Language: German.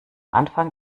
anfang